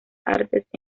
artes